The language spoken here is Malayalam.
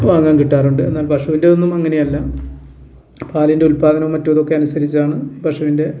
വാങ്ങാൻ കിട്ടാറുണ്ട് എന്നാൽ പശുവിൻ്റെ ഒന്നും അങ്ങനെയല്ല പാലിൻ്റെ ഉൽപ്പാദനവും മറ്റും ഇതൊക്കെ അനുസരിച്ചാണ് പശുവിൻ്റെ